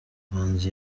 manzi